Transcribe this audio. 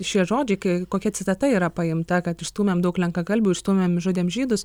šie žodžiai kai kokia citata yra paimta kad išstūmėm daug lenkakalbių išstūmėm išžudėm žydus